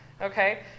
okay